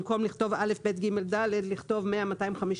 במקום לכתוב: א', ב', ג', ד', לכתוב: 100, 250,